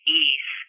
ease